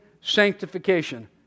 sanctification